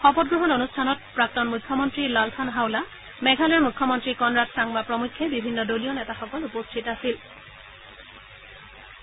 শপত গ্ৰহণ অনুষ্ঠানত প্ৰাক্তন মুখ্যমন্ত্ৰী লালথানহাউলা মেঘালয়ৰ মুখ্যমন্ত্ৰী কণাৰ্ড চাংমা প্ৰমুখ্যে বিভিন্ন দলীয় নেতাসকল উপস্থিত থাকে